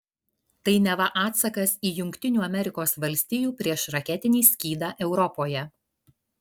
tai neva atsakas į jungtinių amerikos valstijų priešraketinį skydą europoje